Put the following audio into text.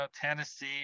Tennessee